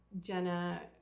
Jenna